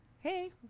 Hey